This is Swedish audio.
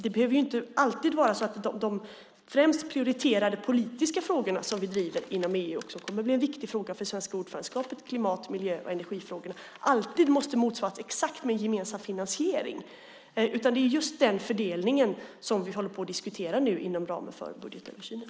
Det behöver ju inte alltid vara så att de främst prioriterade politiska frågorna som vi driver inom EU och som kommer att bli viktiga frågor för det svenska ordförandeskapet - klimat-, miljö och energifrågorna - alltid måste motsvaras exakt med gemensam finansiering, utan det är just den fördelningen som vi håller på och diskuterar nu inom ramen för budgetöversynen.